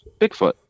Bigfoot